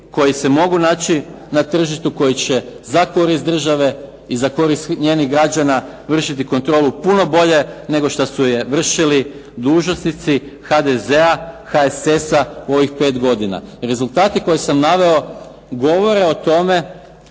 koji se mogu naći na tržištu, koji će za korist države i za korist njenih građana vršiti kontrolu puno bolje nego što su je vršili dužnosnici HDZ-a, HSS-a u ovih 5 godina. Rezultati koje sam naveo govore o tome